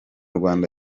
rwanda